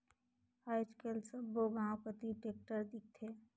आएज काएल सब्बो गाँव कती टेक्टर दिखथे